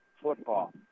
football